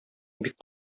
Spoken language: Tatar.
бик